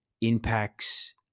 impacts